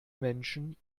menschen